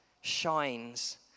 shines